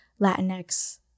Latinx